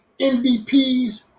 MVPs